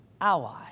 ally